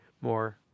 more